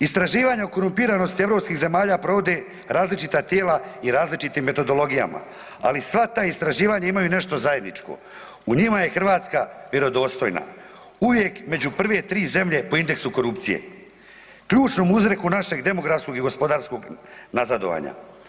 Istraživanje o korumpiranosti europskih zemalja provode različita tijela i različitim metodologijama, ali sva ta istraživanja imaju nešto zajedničko, u njima je Hrvatska vjerodostojna uvijek među prve tri zemlje po indeksu korupcije, ključnom uzroku našeg demografskog i gospodarskog nazadovanja.